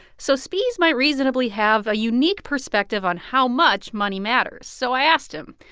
so spies might reasonably have a unique perspective on how much money matters. so i asked him,